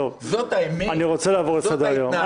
אני רוצה לעבור לסדר-היום.